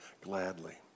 gladly